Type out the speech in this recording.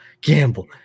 gamble